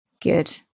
Good